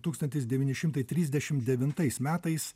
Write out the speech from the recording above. tūkstantis devyni šimtai trisdešim devintais metais